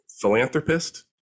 philanthropist